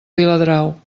viladrau